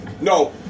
No